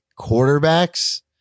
quarterbacks